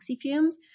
fumes